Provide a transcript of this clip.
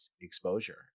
exposure